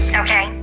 okay